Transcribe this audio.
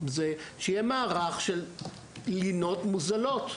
שיהיה מערך של לינות מוזלות.